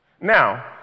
Now